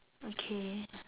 okay